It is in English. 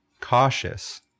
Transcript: cautious